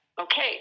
okay